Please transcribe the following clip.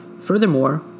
Furthermore